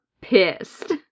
pissed